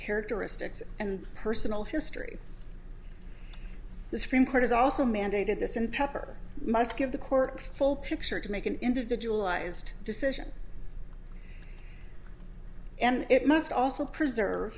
characteristics and personal history the supreme court has also mandated this in pepper must give the court full picture to make an individual ised decision and it must also preserve